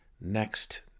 next